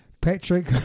Patrick